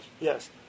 yes